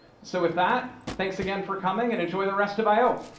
so with that, thanks again for coming and enjoy the rest of io.